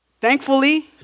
thankfully